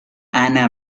ana